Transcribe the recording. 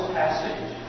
passage